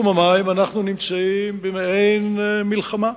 בתחום המים אנחנו נמצאים במעין מלחמה.